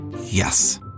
Yes